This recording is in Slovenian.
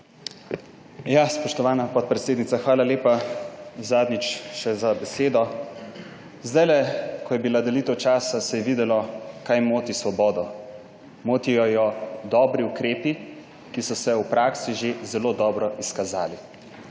Spoštovana podpredsednica, hvala lepa še zadnjič za besedo. Ko je bila delitev časa, se je videlo, kaj moti Svobodo. Motijo jo dobri ukrepi, ki so se v praksi že zelo dobro izkazali.